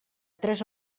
tres